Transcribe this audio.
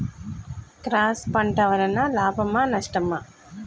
Cross పంట వలన లాభమా నష్టమా?